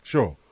Sure